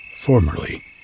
formerly